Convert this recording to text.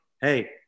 hey